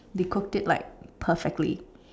they cooked it like perfectly